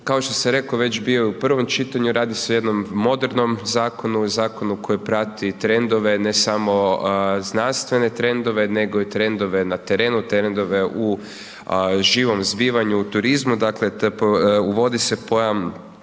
kao što sam rekao već bio u prvom čitanju, radi se o jednom modernom zakonu, zakonu koji prati trendove, ne samo znanstvene trendove nego i trendove na terenu, trendove u živom zbivanju u turizmu, dakle uvodi se pojam